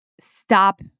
stop